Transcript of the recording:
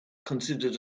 considered